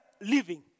living